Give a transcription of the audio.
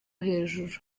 hejuru